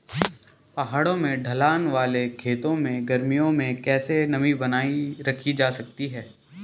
पहाड़ों में ढलान वाले खेतों में गर्मियों में कैसे नमी बनायी रखी जा सकती है?